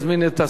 בהצעת החוק.